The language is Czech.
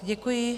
Děkuji.